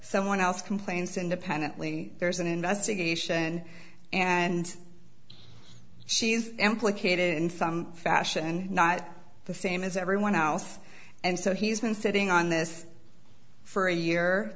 someone else complains independently there's an investigation and she's implicated in some fashion not the same as everyone else and so he's been sitting on this for a year